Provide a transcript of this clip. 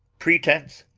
pretence?